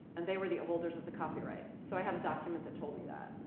and they were the holders of the copyright. so i had a document that told me that.